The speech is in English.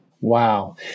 Wow